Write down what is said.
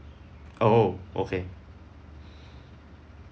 oh okay